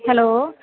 hello